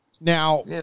Now